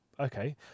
okay